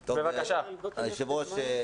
היושב-ראש,